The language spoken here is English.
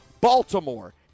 Baltimore